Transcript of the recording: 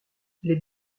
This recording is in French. les